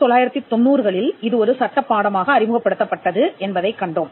1990களில் இது ஒரு சட்டப் பாடமாக அறிமுகப்படுத்தப்பட்டது என்பதைக் கண்டோம்